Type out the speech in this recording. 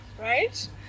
right